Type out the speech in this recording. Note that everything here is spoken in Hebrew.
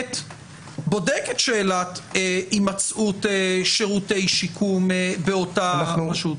שהשופט בודק את שאלת הימצאות שירותי שיקום באותה רשות.